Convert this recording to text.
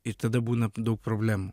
ir tada būna daug problemų